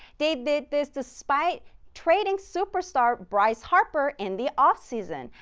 they did this despite trading superstar bryce harper in the offseason.